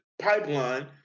pipeline